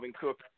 Cook